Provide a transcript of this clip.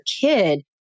kid